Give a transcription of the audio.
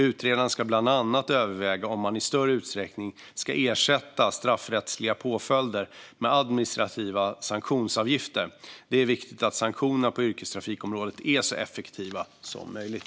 Utredaren ska bland annat överväga om man i större utsträckning ska ersätta straffrättsliga påföljder med administrativa sanktionsavgifter. Det är viktigt att sanktionerna på yrkestrafikområdet är så effektiva som möjligt.